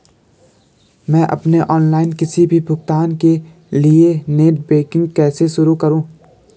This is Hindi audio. मैं अपने ऑनलाइन किसी भी भुगतान के लिए नेट बैंकिंग कैसे शुरु करूँ?